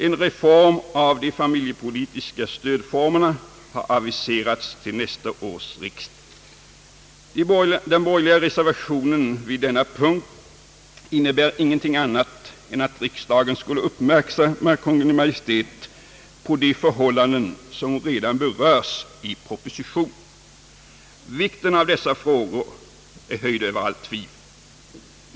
En reform av de familjepolitiska stödformerna har aviserats till nästa års riksdag. Den borgerliga reservationen vid denna punkt innebär ingenting annat än att riksdagen skulle uppmärksamma Kungl. Maj:t på de förhållanden, som berörs redan i propositionen, Vikten av dessa frågor är höjd över allt tvivel.